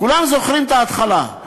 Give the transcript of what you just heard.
כולם זוכרים את ההתחלה.